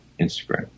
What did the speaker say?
Instagram